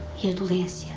head lays?